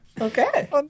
Okay